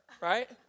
right